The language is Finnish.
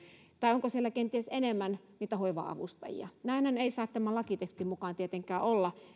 tai onko siellä kenties enemmän niitä hoiva avustajia näinhän ei saa tämän lakitekstin mukaan tietenkään olla